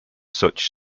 such